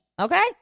okay